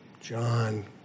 John